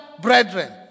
brethren